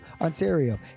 Ontario